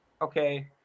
okay